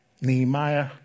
Nehemiah